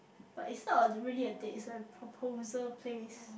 but it's not a really a date it's a proposal place